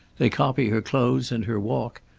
they copy her clothes and her walk,